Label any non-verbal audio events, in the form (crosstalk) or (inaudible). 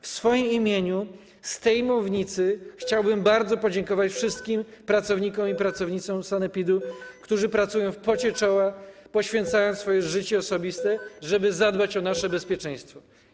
W swoim imieniu z tej mównicy (noise) chciałbym bardzo podziękować wszystkim pracownikom i pracownicom sanepidu, którzy pracują w pocie czoła, poświęcając swoje życie osobiste, żeby zadbać o nasze bezpieczeństwo.